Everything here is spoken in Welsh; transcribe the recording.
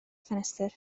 ffenestr